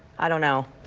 i don't know,